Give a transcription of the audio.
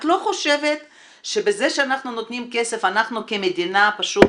את לא חושבת שבזה שאנחנו נותנים כסף אנחנו כמדינה פשוט